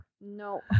No